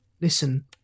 Listen